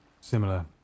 Similar